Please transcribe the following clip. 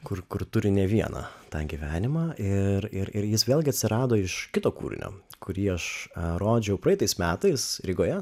kur kur turi ne vieną tą gyvenimą ir ir jis vėlgi atsirado iš kito kūrinio kurį aš rodžiau praeitais metais rygoje